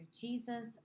Jesus